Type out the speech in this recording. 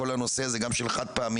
בכל הנושא הזה גם של חד פעמי,